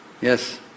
Yes